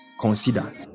consider